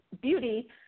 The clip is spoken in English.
beauty